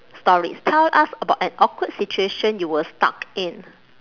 stories tell us about an awkward situation you were stuck in